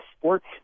sports